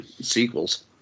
sequels